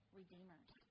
redeemers